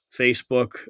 Facebook